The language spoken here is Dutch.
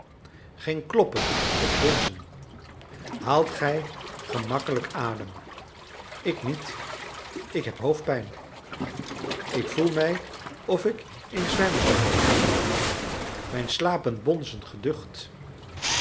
geen kloppen of bonzen haalt gij gemakkelijk adem ik niet ik heb hoofdpijn ik voel mij of ik in zwijm zal vallen mijn slapen bonzen geducht